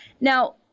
now